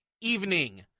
evening